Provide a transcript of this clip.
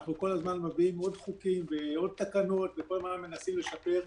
כל הזמן אנחנו מביאים עוד חוקים ועוד תקנות וכל הזמן מנסים לשפר.